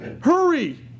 Hurry